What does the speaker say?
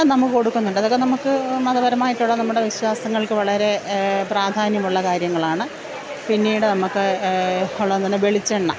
നമ്മള് കൊടുക്കുന്നുണ്ട് അതൊക്കെ നമ്മള്ക്ക് മതപരമായിട്ടുള്ള നമ്മുടെ വിശ്വാസങ്ങൾക്ക് വളരെ പ്രാധാന്യമുള്ള കാര്യങ്ങളാണ് പിന്നീട് നമ്മള്ക്ക് ഉള്ളതെന്നുപറഞ്ഞാല് വെളിച്ചെണ്ണ